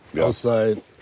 outside